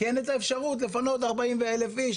כי אין את האפשרות לפנות 40 אלף איש,